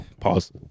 Pause